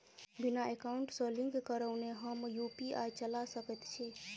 बिना एकाउंट सँ लिंक करौने हम यु.पी.आई चला सकैत छी?